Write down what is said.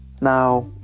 Now